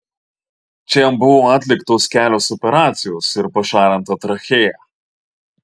čia jam buvo atliktos kelios operacijos ir pašalinta trachėja